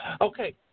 Okay